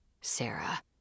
Sarah